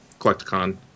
Collecticon